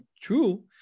true